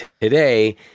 today